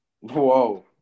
Whoa